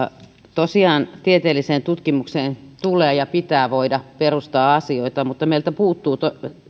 tosiaan tieteelliseen tutkimukseen tulee ja pitää voida perustaa asioita mutta meiltä puuttuu